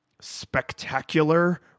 spectacular